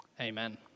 Amen